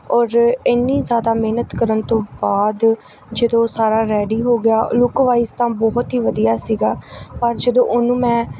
ਔਰ ਇੰਨੀ ਜ਼ਿਆਦਾ ਮਿਹਨਤ ਕਰਨ ਤੋਂ ਬਾਅਦ ਜਦੋਂ ਉਹ ਸਾਰਾ ਰੈਡੀ ਹੋ ਗਿਆ ਲੁੱਕ ਵਾਈਜ਼ ਤਾਂ ਬਹੁਤ ਹੀ ਵਧੀਆ ਸੀਗਾ ਪਰ ਜਦੋਂ ਉਹਨੂੰ ਮੈਂ